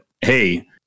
Hey